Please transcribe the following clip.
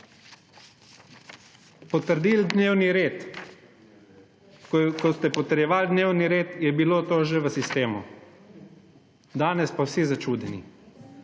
Potrdili dnevni red … Ko ste potrjevali dnevni red, je bilo to že v sistemu, danes pa vsi začudeni,